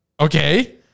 Okay